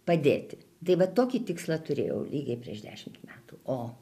padėti tai vat tokį tikslą turėjau lygiai prieš dešimt metų o